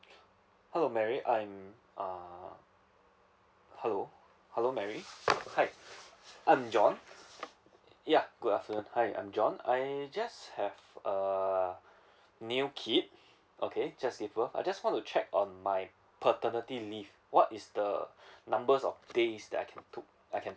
hello mary I'm err hello hello mary hi I'm john yeah good afternoon hi I'm john I just have a new kid okay just delivered I just want to check on my paternity leave what is the number of days that I can took I can